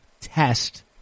test